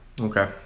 Okay